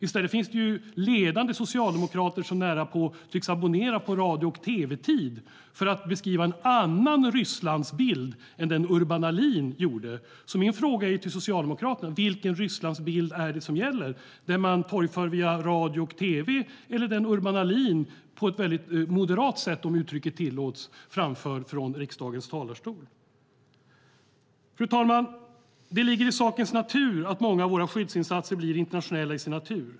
I stället finns det ledande socialdemokrater som närapå tycks abonnera på radio och tv-tid för att beskriva en annan Rysslandsbild än den Urban Ahlin beskrev. Min fråga till Socialdemokraterna är alltså: Vilken Rysslandsbild är det som gäller - den man torgför via radio och tv eller den Urban Ahlin på ett väldigt moderat sätt, om uttrycket tillåts, framför från riksdagens talarstol? Fru talman! Det ligger i sakens natur att många av våra skyddsinsatser blir internationella till sin natur.